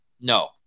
No